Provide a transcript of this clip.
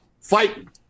Fighting